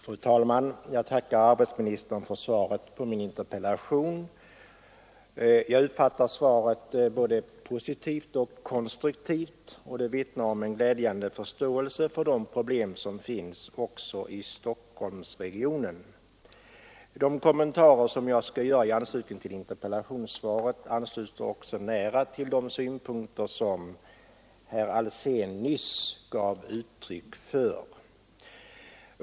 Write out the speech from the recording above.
Fru talman! Jag tackar arbetsmarknadsministern för svaret på min interpellation. Jag uppfattar svaret som både positivt och konstruktivt. Det vittnar om en glädjande förståelse för de problem som finns också i Stockholmsregionen. De kommentarer som jag skall göra i anslutning till interpellationssvaret ansluter nära till de synpunkter som herr Alsén nyss gav uttryck för.